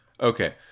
Okay